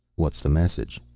what's the message?